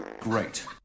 Great